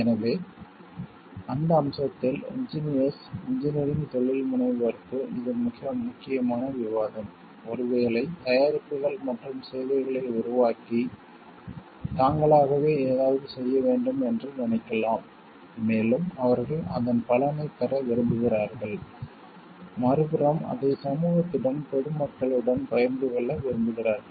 எனவே அந்த அம்சத்தில் இன்ஜினியர்ஸ் இன்ஜினியரிங் தொழில்முனைவோருக்கு இது மிக முக்கியமான விவாதம் ஒருவேளை தயாரிப்புகள் மற்றும் சேவைகளை உருவாக்கி தாங்களாகவே ஏதாவது செய்ய வேண்டும் என்று நினைக்கலாம் மேலும் அவர்கள் அதன் பலனைப் பெற விரும்புகிறார்கள் மறுபுறம் அதை சமூகத்துடன் பொது மக்கள் உடன் பகிர்ந்து கொள்ள விரும்புகிறார்கள்